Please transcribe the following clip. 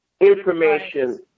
information